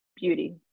Beauty